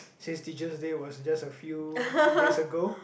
since Teacher's Day was just a few days ago